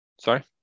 sorry